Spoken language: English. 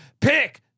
Pick